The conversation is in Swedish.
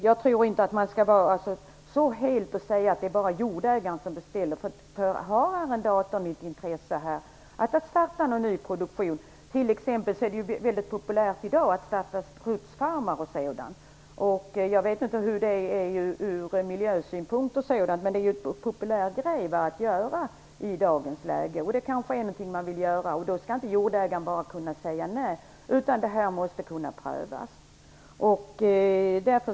Jag tror inte att man skall säga att det bara är jordägaren som bestämmer. Har arrendatorn intresse av att starta en ny produktion, att t.ex. starta en strutsfarm, vilket ju är väldigt populärt i dessa dagar - jag vet emellertid inte hur bra dessa farmar är ur miljösynpunkt - då skall inte jordägaren bara kunna säga nej, utan det måste finnas en möjlighet att pröva.